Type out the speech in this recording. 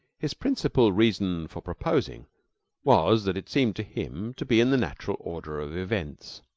his principal reason for proposing was that it seemed to him to be in the natural order of events.